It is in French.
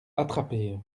attrapée